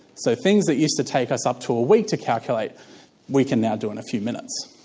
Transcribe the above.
so things that used to take us up to a week to calculate we can now do in a few minutes.